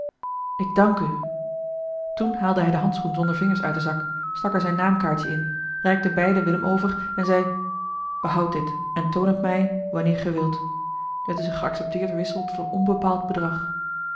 ik dank u toen haalde hij den handschoen zonder vingers uit den zak stak er zijn naamkaartje in reikte beide willem over en zei behoud dit en toon het mij wanneer ge wilt t is een geaccepteerde wissel tot een onbepaald bedrag